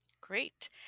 Great